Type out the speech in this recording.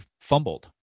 fumbled